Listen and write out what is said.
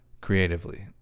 creatively